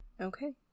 Okay